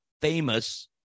famous